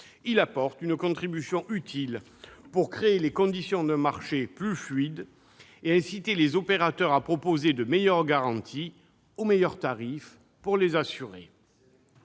apporte une contribution utile pour créer les conditions d'un marché plus fluide et pour inciter les opérateurs à proposer de meilleures garanties, aux meilleurs tarifs, pour les assurés.